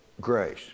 grace